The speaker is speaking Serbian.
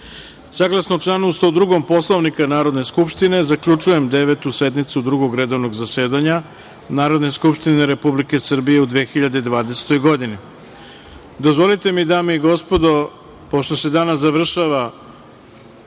saglasno članu 102. Poslovnika Narodne skupštine, zaključujem Devetu sednicu Drugog redovnog zasedanja Narodne skupštine Republike Srbije u 2020. godini. Dozvolite mi dame i gospodo, pošto se danas završava